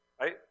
Right